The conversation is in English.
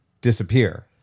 disappear